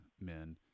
men